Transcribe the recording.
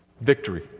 Victory